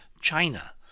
China